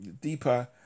deeper